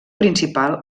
principal